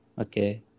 Okay